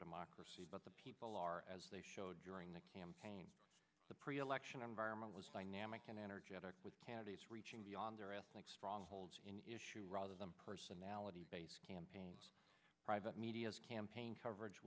democracy but the people are as they showed during the campaign the pre election environment was namak and energetic with candidates reaching beyond their ethnic strongholds in issue rather than personality based campaigns private media's campaign coverage